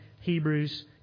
Hebrews